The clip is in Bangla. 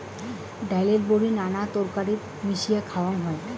ডাইলের বড়ি নানান তরিতরকারিত মিশিয়া খাওয়াং হই